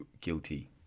guilty